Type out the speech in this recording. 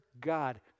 God